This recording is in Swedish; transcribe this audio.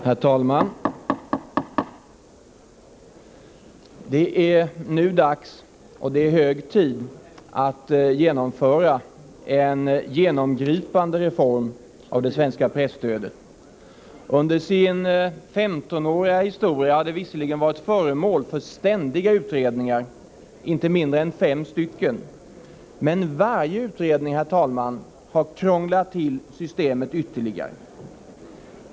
Herr talman! Det är hög tid att genomföra en genomgripande reform av det svenska presstödet. Under sin femtonåriga historia har det visserligen varit föremål för ständiga utredningar — inte mindre än fem stycken — men varje utredning har krånglat till systemet ytterligare.